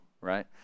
right